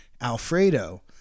Alfredo